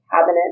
cabinet